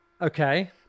okay